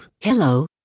Hello